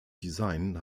design